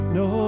no